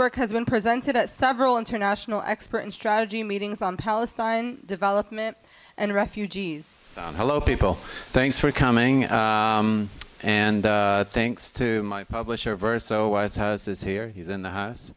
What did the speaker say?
work has been presented at several international expert in strategy meetings on palestine development and refugees hello people thanks for coming in and thinks to my publisher verse so was house